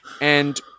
And-